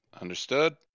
Understood